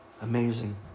Amazing